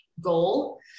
goal